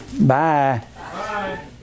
Bye